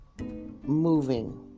moving